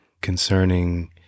concerning